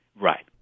Right